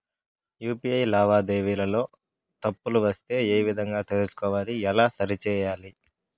UPI లావాదేవీలలో తప్పులు వస్తే ఏ విధంగా తెలుసుకోవాలి? ఎలా సరిసేయాలి?